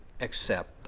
accept